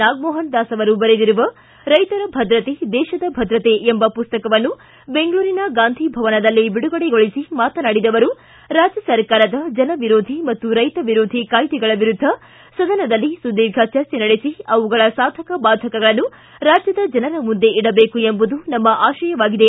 ನಾಗಮೋಹನ್ ದಾಸ್ ಅವರು ಬರೆದಿರುವ ರೈತರ ಭದ್ರತೆ ದೇಶದ ಭದ್ರತೆ ಎಂಬ ಪುಸ್ತಕವನ್ನು ಬೆಂಗಳೂರಿನ ಗಾಂಧಿಭವನದಲ್ಲಿ ಬಿಡುಗಡೆಗೊಳಿಸಿ ಮಾತನಾಡಿದ ಅವರು ರಾಜ್ಯ ಸರ್ಕಾರದ ಜನ ವಿರೋಧಿ ಮತ್ತು ರೈತ ವಿರೋಧಿ ಕಾಯ್ದೆಗಳ ವಿರುದ್ದ ಸದನದಲ್ಲಿ ಸುಧೀರ್ಘ ಚರ್ಚೆ ನಡೆಸಿ ಅವುಗಳ ಸಾಧಕ ಬಾಧಕಗಳನ್ನು ರಾಜ್ಯದ ಜನರ ಮುಂದೆ ಇಡಬೇಕು ಎಂಬುದು ನಮ್ಮ ಆಶಯವಾಗಿದೆ